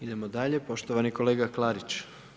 Idemo dalje, poštovani kolega Klarić.